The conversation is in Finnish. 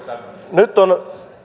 nyt on